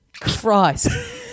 Christ